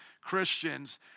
Christians